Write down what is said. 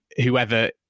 whoever